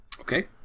Okay